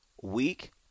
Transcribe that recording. week